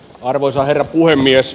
arvoisa herra puhemies